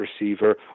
receiver